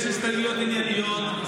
עכשיו יש הסתייגויות ענייניות.